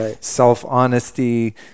self-honesty